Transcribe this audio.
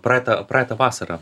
praeitą praeitą vasarą